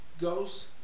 goes